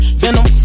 venom